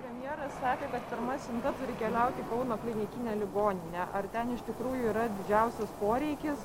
premjeras sakė kad pirma siunta turi keliauti į kauno klinikinę ligoninę ar ten iš tikrųjų yra didžiausias poreikis